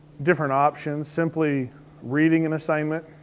different options, simply reading an assignment,